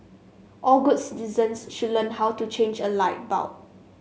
all good citizens should learn how to change a light bulb